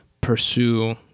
pursue